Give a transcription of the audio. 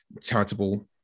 charitable